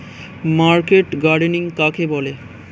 Market gardening কাকে বলে?